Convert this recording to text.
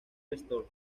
storm